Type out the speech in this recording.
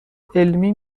علمی